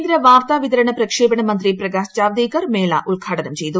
കേന്ദ്ര വാർത്താ വിതരണ പ്രക്ഷേപണ മന്ത്രി പ്രകാശ് ജാവ്ദേക്കർ മേള ഉദ്ഘാടനം ചെയ്തു